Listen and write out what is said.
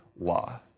law